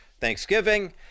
Thanksgiving